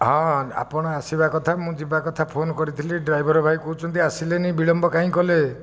ହଁ ଆପଣ ଆସିବା କଥା ମୁଁ ଯିବା କଥା ଫୋନ କରିଥିଲି ଡ୍ରାଇଭର ଭାଇ କହୁଛନ୍ତି ଆସିଲେନି ବିଳମ୍ବ କାହିଁ କଲେ